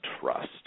trust